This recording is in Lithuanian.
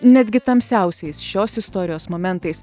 netgi tamsiausiais šios istorijos momentais